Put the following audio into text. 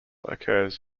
occurs